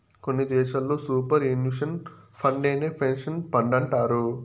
కొన్ని దేశాల్లో superannuation ఫండేనే పెన్సన్ ఫండంటారు